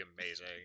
amazing